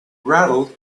rattled